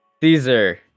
caesar